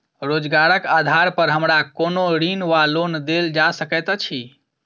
रोजगारक आधार पर हमरा कोनो ऋण वा लोन देल जा सकैत अछि?